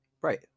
Right